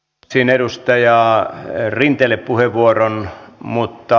lupasin edustaja rinteelle puheenvuoron mutta